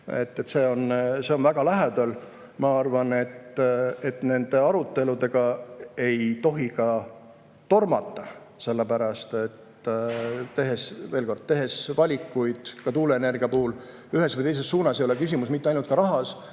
ei ole. Ma arvan, et nende aruteludega ei tohi ka tormata, sellepärast et, veel kord, tehes valikuid, ka tuuleenergia puhul, ühes või teises suunas, ei ole küsimus mitte ainult rahas,